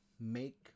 make